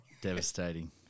Devastating